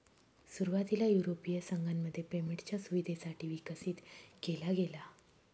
सुरुवातीला युरोपीय संघामध्ये पेमेंटच्या सुविधेसाठी विकसित केला गेला